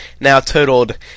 now-totaled